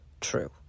true